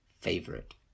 favorite